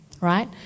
right